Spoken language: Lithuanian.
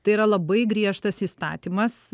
tai yra labai griežtas įstatymas